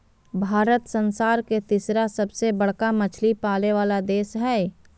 भारत संसार के तिसरा सबसे बडका मछली पाले वाला देश हइ